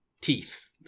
teeth